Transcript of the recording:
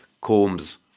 Combs